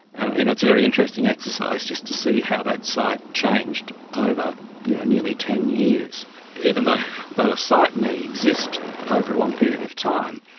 and it's a very interesting exercise just to see how that site changed over nearly ten years even though though a site may exist over a long period of time,